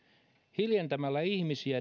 hiljentämällä ihmisiä